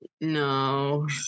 no